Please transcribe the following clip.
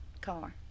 car